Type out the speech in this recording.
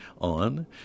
on